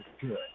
good